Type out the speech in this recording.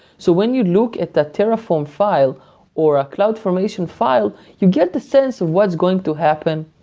so when you look at the terraform file or a cloudformation file, you get the sense of what's going to happen.